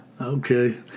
Okay